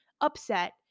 upset